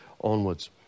onwards